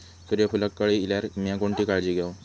सूर्यफूलाक कळे इल्यार मीया कोणती काळजी घेव?